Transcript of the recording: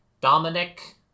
Dominic